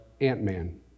Ant-Man